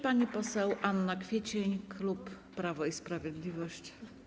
Pani poseł Anna Kwiecień, klub Prawo i Sprawiedliwość.